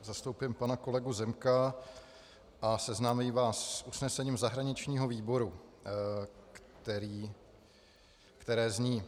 Zastoupím pana kolegu Zemka a seznámím vás s usnesením zahraničního výboru, které zní: